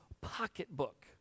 pocketbook